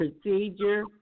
procedure